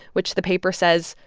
which the paper says,